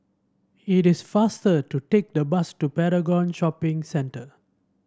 it is faster to take the bus to Paragon Shopping Centre